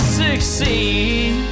succeed